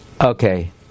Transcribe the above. Okay